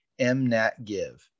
mnatgive